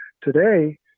today